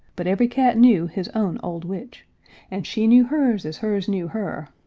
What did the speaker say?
but every cat knew his own old witch and she knew hers as hers knew her